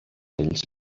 ells